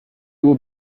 will